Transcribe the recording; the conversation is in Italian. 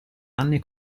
anni